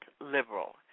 liberal